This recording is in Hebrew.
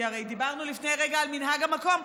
כי הרי דיברנו לפני רגע על מנהג המקום,